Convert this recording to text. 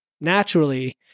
naturally